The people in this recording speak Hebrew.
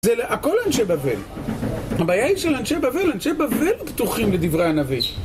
הכל אנשי בבל. הבעיה היא של אנשי בבל. אנשי בבל פתוחים לדברי הנביא.